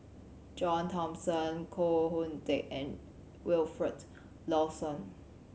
John Thomson Koh Hoon Teck and Wilfed Lawson